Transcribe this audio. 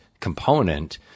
component